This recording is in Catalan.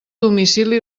domicili